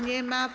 Nie ma.